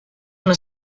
una